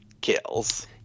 kills